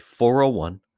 401